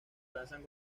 lanzan